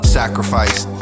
sacrifice